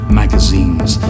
magazines